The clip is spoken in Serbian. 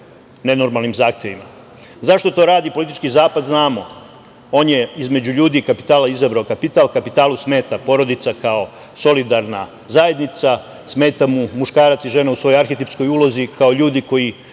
to radi politički zapad znamo. On je između ljudi i kapitala izabrao kapital. Kapitalu smeta porodica kao solidarna zajednica, smeta mu muškarac i žena u svoj arhetipskoj ulozi, kao ljudi koji